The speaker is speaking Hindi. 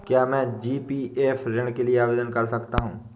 क्या मैं जी.पी.एफ ऋण के लिए आवेदन कर सकता हूँ?